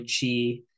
chi